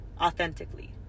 Authentically